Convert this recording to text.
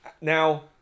Now